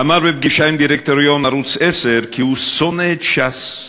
אמר בפגישה עם דירקטוריון ערוץ 10 כי הוא שונא את ש"ס,